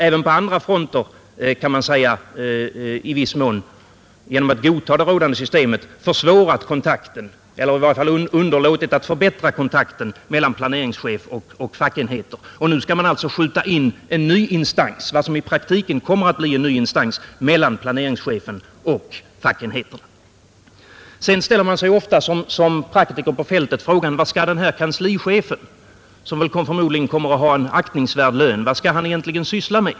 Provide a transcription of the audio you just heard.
Även på andra fronter har man, kan jag säga, i viss mån genom att godta det rådande systemet försvårat kontakten eller i varje fall underlåtit att förbättra kontakten mellan planeringschef och fackenheter. Och nu skall man alltså skjuta in vad som i praktiken kommer att bli en Som praktiker på fältet ställer man sig ofta frågan: Vad skall den här kanslichefen, som förmodligen kommer att ha en aktningsvärd lön, egentligen syssla med?